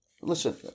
listen